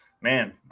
man